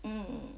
mm